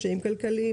קשיים כלכליים,